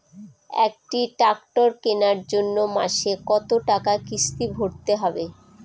একটি ট্র্যাক্টর কেনার জন্য মাসে কত টাকা কিস্তি ভরতে হবে?